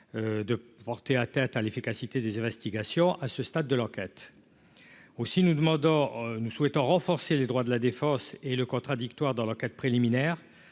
de porter atteinte à l'efficacité des investigations, à ce stade de l'enquête aussi nous demande, or nous souhaitons renforcer les droits de la défense et le contradictoire dans l'enquête préliminaire